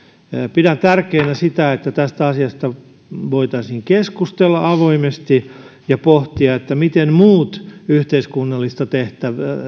pidän tärkeänä sitä että tästä asiasta voitaisiin keskustella avoimesti ja pohtia miten muut yhteiskunnallista tehtävää